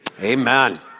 Amen